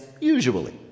usually